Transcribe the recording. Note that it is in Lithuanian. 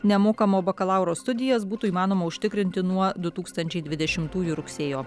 nemokamo bakalauro studijas būtų įmanoma užtikrinti nuo du tūkstančiai dvidešimtųjų rugsėjo